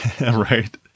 right